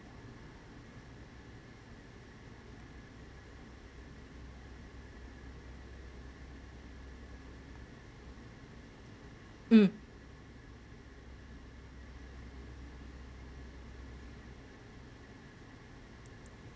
um